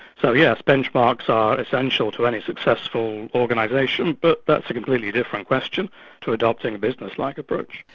so, yes, benchmarks are essential to any successful organisation, but that's a completely different question to adopting a business-like approach.